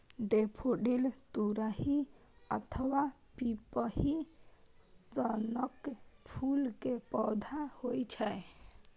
daffodil तुरही अथवा पिपही सनक फूल के पौधा होइ छै